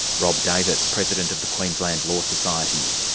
rob davis, president of the queensland law society.